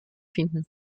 finden